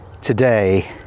today